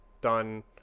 done